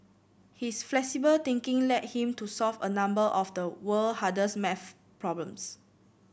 his flexible thinking led him to solve a number of the world hardest maths problems